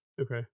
okay